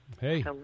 hey